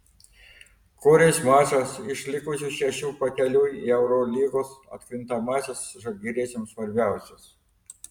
kuris mačas iš likusių šešių pakeliui į eurolygos atkrintamąsias žalgiriečiams svarbiausias